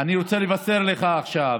אני רוצה לבשר לך עכשיו